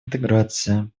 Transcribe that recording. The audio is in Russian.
интеграция